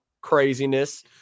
craziness